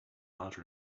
larger